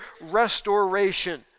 restoration